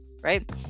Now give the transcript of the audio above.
right